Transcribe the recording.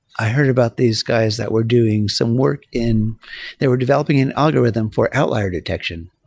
i heard about these guys that were doing some work in they were developing an algorithm for outlier detection.